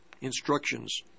instructions